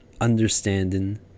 understanding